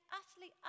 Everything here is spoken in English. utterly